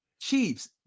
Chiefs